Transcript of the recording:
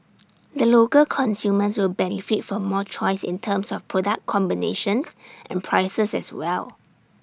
the local consumers will benefit from more choice in terms of product combinations and prices as well